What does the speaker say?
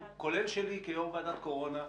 כולל שלי כיושב-ראש ועדת הקורונה,